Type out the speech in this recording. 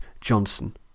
Johnson